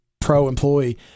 pro-employee